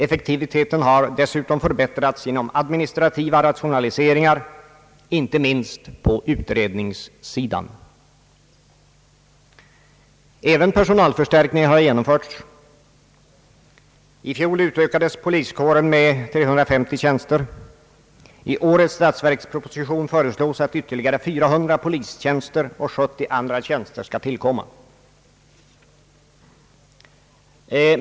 Effektiviteten har dessutom förbättrats genom administrativa rationaliseringar, inte minst på utredningssidan. Även personalförstärkningar har genomförts. I fjol utökades poliskåren med 350 tjänster. I årets statsverksproposition föreslås att ytterligare 400 polistjänster och 70 andra tjänster skall tillkomma.